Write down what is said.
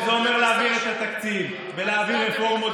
זה אומר להעביר את התקציב ולהעביר רפורמות